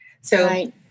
So-